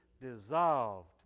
dissolved